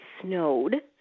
snowed